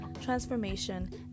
transformation